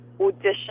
audition